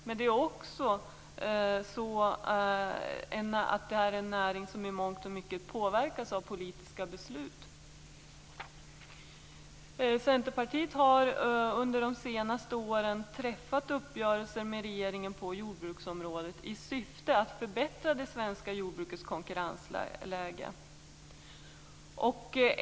Men denna näring påverkas också i mångt och mycket av politiska beslut. Under de senaste åren har Centerpartiet träffat uppgörelser med regeringen på jordbruksområdet i syfte att förbättra det svenska jordbrukets konkurrensläge.